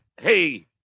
hey